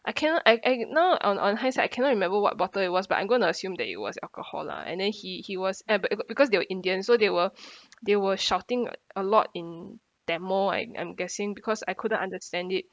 I cannot I I now on on hindsight I cannot remember what bottle it was but I'm going to assume that it was alcohol lah and then he he was uh because because they were indian so they were they were shouting a a lot in tamil I I'm guessing because I couldn't understand it